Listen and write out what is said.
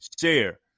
Share